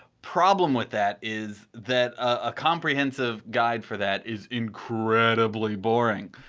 problem with that is that a comprehensive guide for that is incredibly boring.